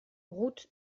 route